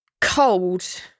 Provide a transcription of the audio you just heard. cold